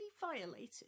violated